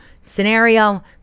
scenario